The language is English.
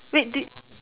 wait did